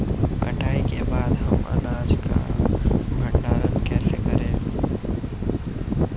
कटाई के बाद हम अनाज का भंडारण कैसे करें?